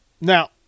Now